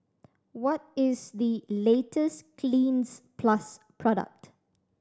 what is the latest Cleanz Plus product